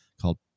called